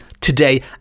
today